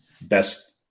best